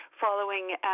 following